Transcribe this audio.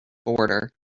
border